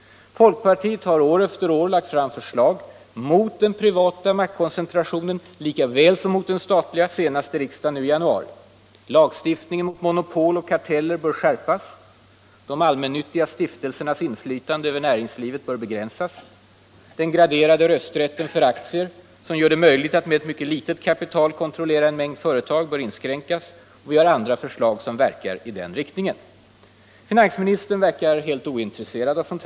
Folkpartiet har år efter år lagt fram förslag mot den privata maktkoncentrationen lika väl som mot den statliga, senast i riksdagen nu i januari. Lagstiftningen mot monopol och karteller bör skärpas. De allmännyttiga stiftelsernas inflytande över näringslivet bör begränsas. Den graderade rösträtten för aktier, som gör det möjligt att med ett mycket litet kapital kontrollera en mängd företag, bör inskränkas. Vi har också andra förslag som verkar i den riktningen. Men finansministern verkar helt ointresserad.